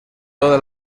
toda